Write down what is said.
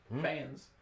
Fans